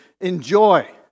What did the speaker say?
enjoy